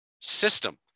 system